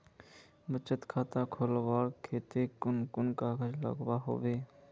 बचत खाता खोलवार केते कुन कुन कागज लागोहो होबे?